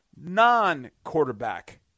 non-quarterback